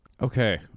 Okay